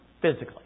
physically